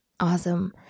Awesome